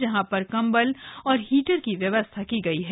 हां पर कंबल हीटर की व्यवस्था की गई है